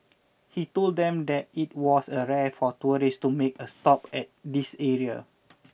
he told them that it was a rare for tourists to make a stop at this area